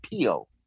Pio